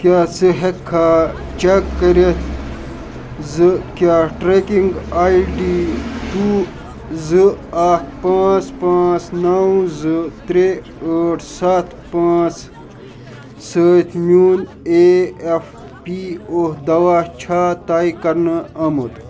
کیٛاہ ژٕ ہٮ۪ککھا چَک کٔرِتھ زٕ کیٛاہ ٹرٛٮ۪کِنٛگ آی ڈی ٹوٗ زٕ اَکھ پانٛژھ پانٛژھ نَو زٕ ترٛےٚ ٲٹھ سَتھ پانٛژھ سۭتۍ میون اے اٮ۪ف پی او دوا چھا طے کَرنہٕ آمُت